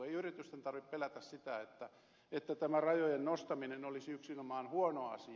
ei yritysten tarvitse pelätä sitä että tämä rajojen nostaminen olisi yksinomaan huono asia